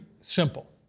simple